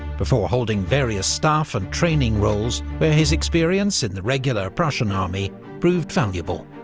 before holding various staff and training roles, where his experience in the regular prussian army proved valuable.